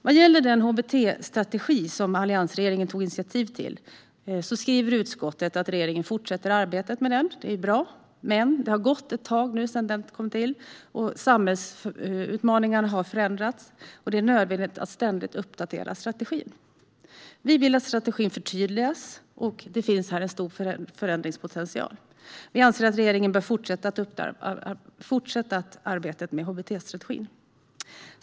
Vad gäller den hbt-strategi som alliansregeringen tog initiativ till skriver utskottet att regeringen fortsätter arbetet med den - det är bra. Men det har gått ett tag sedan den kom till, och samhällsutmaningarna har förändrats. Det är nödvändigt att ständigt uppdatera strategin. Vi vill att strategin förtydligas; här finns en stor förändringspotential. Vi anser att regeringen bör fortsätta arbetet med hbt-strategin.